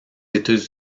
états